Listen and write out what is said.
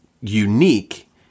unique